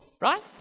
right